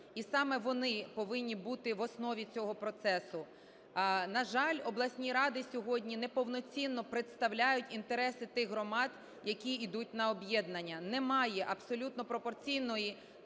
і саме вони повинні бути в основі цього процесу. На жаль. обласні ради сьогодні не повноцінно представляють інтереси тих громад, які ідуть на об'єднання. Немає абсолютно пропорційної…